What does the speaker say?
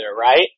right